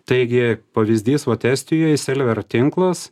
taigi pavyzdys vat estijoj selver tinklas